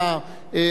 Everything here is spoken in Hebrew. הוא יוכל להשיב,